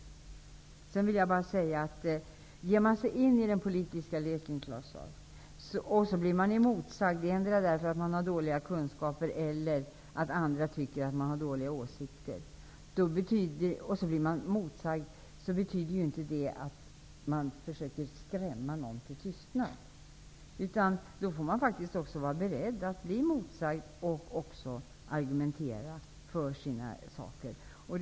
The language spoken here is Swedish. Slutligen vill jag bara säga att ger man sig in i den politiska leken, Claus Zaar, och man blir emotsagd, endera därför att man har dåliga kunskaper eller därför att andra tycker att man har dåliga åsikter, så betyder inte det att andra försöker skrämma en till tystnad. Man får faktiskt vara beredd att bli emotsagd och att argumentera för sina ställningstaganden.